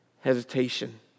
hesitation